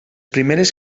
primeres